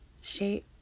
shape